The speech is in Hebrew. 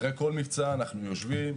אחרי כל מבצע אנחנו יושבים,